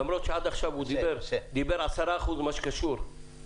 אף על פי שעד עכשיו הוא דיבר על 10% ממה שקשור לדיון